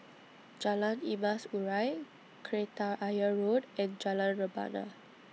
Jalan Emas Urai Kreta Ayer Road and Jalan Rebana